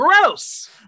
Gross